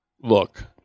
look